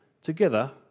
Together